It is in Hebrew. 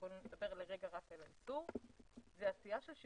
שם ראינו שאתם בעצם דיברתם על זה וחשבתם בעצמכם